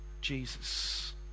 Jesus